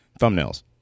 thumbnails